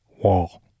wall